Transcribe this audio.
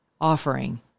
offering